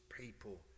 people